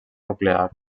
nuclear